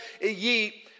ye